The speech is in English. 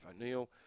O'Neill